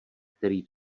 který